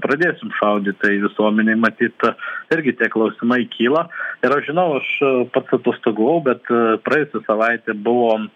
pradėsim šaudyt tai visuomenei matyt irgi tie klausimai kyla ir aš žinau aš pats atostogavau bet praėjusią savaitę buvom